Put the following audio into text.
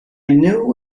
knew